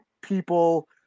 people